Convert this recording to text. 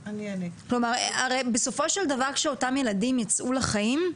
הרי בסופו של דבר, כשאותם ילדים ייצאו לחיים,